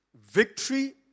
victory